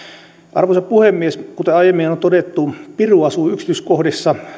arvoisa puhemies kuten aiemmin on todettu piru asuu yksityiskohdissa